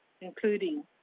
including